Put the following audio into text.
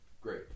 Great